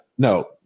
No